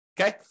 Okay